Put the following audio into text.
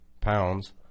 pounds